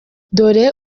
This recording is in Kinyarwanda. dore